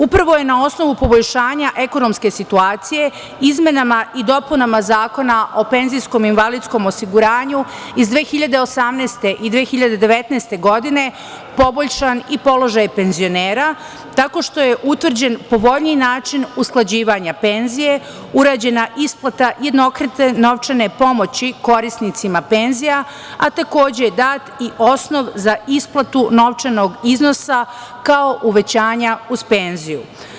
Upravo je na osnovu poboljšanja ekonomske situacije izmenama i dopunama Zakona o penzijskom i invalidskom osiguranju iz 2018. i 2019. godine poboljšan i položaj penzionera tako što je utvrđen povoljniji način usklađivanja penzije, urađena isplata jednokratne novčane pomoći korisnicima penzija, a takođe je dat i osnov za isplatu novčanog iznosa kao uvećanja uz penziju.